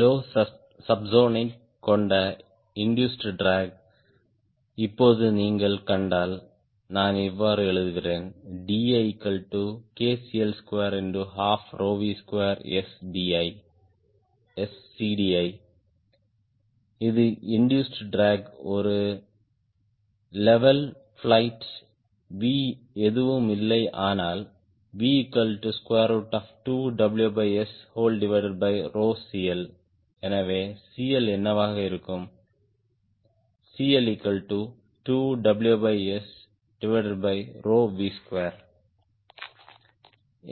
low subsonic கொண்ட induced drag இப்போது நீங்கள் கண்டால் நான் இவ்வாறு எழுதுகிறேன் Di12V2SCDi இது இண்டூஸ்ட் ட்ராக் ஒரு லெவல் பிளையிட் V எதுவும் இல்லை ஆனால் V2WSCL எனவே CL என்னவாக இருக்கும் CL2WSV2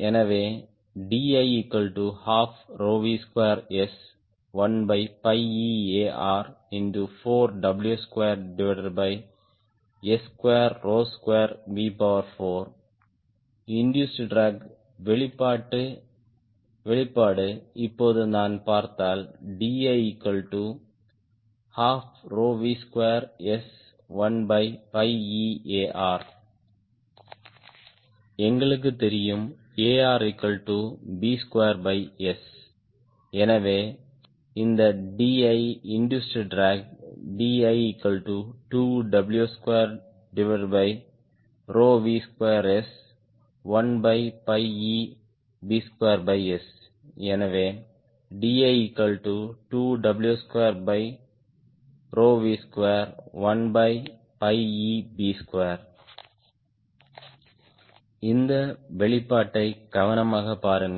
எனவே Di12V2S1πeAR4W2S22V4 இண்டூஸ்ட் ட்ராக் வெளிப்பாடு இப்போது நான் பார்த்தால் Di12V2S1πeAR ஸ்லைடு நேரம் 0925 ஐப் பார்க்கவும் எங்களுக்கு தெரியும் ARb2S எனவே இந்த Di இண்டூஸ்ட் ட்ராக் Di2W2V2S1πeb2S எனவே Di2W2V21πeb2 இந்த வெளிப்பாட்டை கவனமாக பாருங்கள்